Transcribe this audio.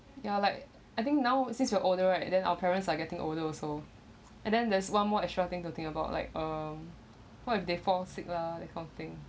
ya like I think now since you are older right then our parents are getting older also and then there's one more extra thing to think about like um what if they fall sick lah that kind of thing